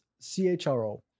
CHRO